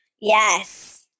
Yes